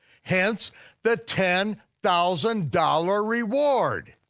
hence, the ten thousand dollars reward!